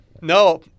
No